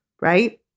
right